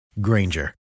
Granger